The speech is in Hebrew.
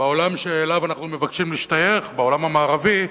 בעולם שאליו אנחנו מבקשים להשתייך בעולם המערבי,